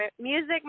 music